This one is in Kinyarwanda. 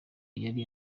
yari